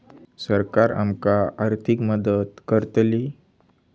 सरकार आमका आर्थिक मदत करतली?